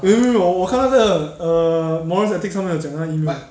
没没没有我看那个 err morals ethics 他们有讲他 email